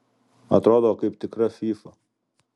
atrodo kaip tikra fyfa